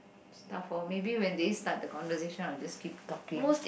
stuffs or maybe when they start the conversation I'll just keep talking